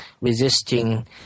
resisting